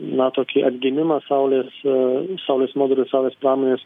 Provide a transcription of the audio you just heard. na tokį atgimimą saulės saulės modulių saulės pramonės